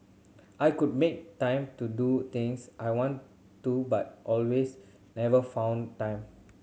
I could make time to do things I want to but always never found time